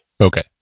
Okay